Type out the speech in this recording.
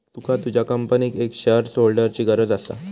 तुका तुझ्या कंपनीक एक शेअरहोल्डरची गरज असा